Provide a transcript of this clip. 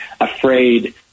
afraid